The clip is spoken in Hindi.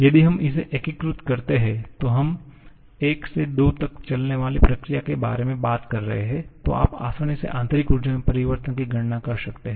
यदि हम इसे एकीकृत करते हैं तो हम 1 से 2 तक चलने वाली प्रक्रिया के बारे में बात कर रहे हैं तो आप आसानी से आंतरिक ऊर्जा में परिवर्तन की गणना कर सकते हैं